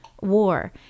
war